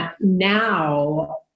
now